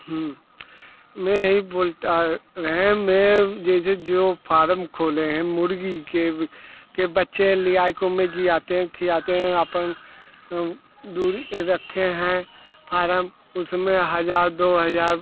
मैं बोलता रहा मैं जैसे जो फारम खोले हैं मुर्गी के के बच्चे ले आ कर जियाते हैं खिलाते हैं अपन दूरी रखे हैं फारम उसमें हज़ार दो हज़ार